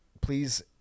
please